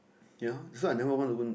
ya so I never want to go